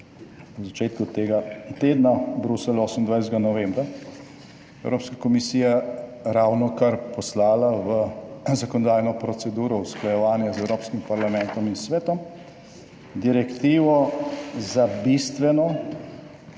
v začetku tega tedna Bruselj, 28. novembra, je evropska komisija ravnokar poslala v zakonodajno proceduro usklajevanja z Evropskim parlamentom in Svetom direktivo za bistveno